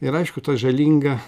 ir aišku ta žalinga